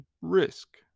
risk